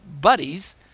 buddies